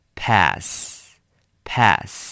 pass,pass